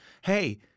hey